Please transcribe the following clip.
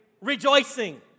rejoicing